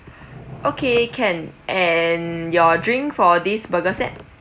okay can and your drink for this burger set